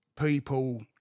people